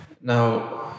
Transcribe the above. Now